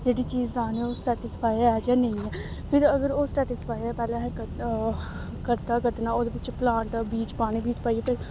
जेह्ड़ी चीज़ राह्नी ओह् सैटिसफाई ऐ जां नेईं ऐ फिर अगर ओह् सैटिसफाई ऐ पैह्ले असें ओह् खड्डा कड्ढना ओह्दे बिच्च प्लांट बीज पाने बीज पाइयै